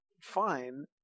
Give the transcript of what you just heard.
fine